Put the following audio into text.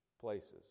places